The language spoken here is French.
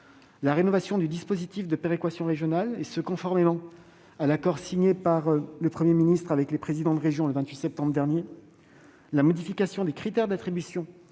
la rénovation du dispositif de péréquation régionale conformément à l'accord signé par le Premier ministre avec les présidents de région le 28 septembre dernier ; la modification des critères d'attribution